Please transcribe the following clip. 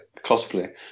cosplay